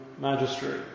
magistrate